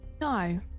No